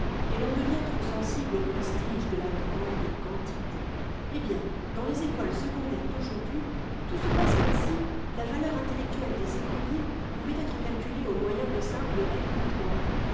et l'on devient trop sensible au prestige de la grande quantité eh bien dans les écoles secondaires d'aujourd'hui tout se passe comme si la valeur intellectuelle des écoliers pouvait être calculée au moyen de simples règles de trois